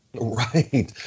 Right